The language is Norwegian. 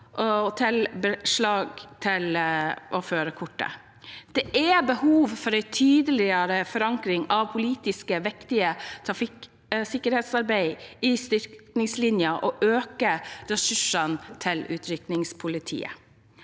med beslag av førerkort. Det er behov for en tydeligere forankring av politiets viktige trafikksikkerhetsarbeid i styringslinjen og økte ressurser til utrykningspolitiet.